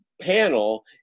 panel